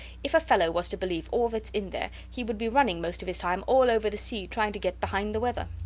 if a fellow was to believe all thats in there, he would be running most of his time all over the sea trying to get behind the weather.